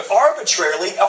arbitrarily